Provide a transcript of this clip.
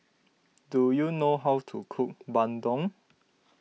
do you know how to cook Bandung